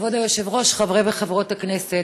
כבוד היושב-ראש, חברי וחברות הכנסת,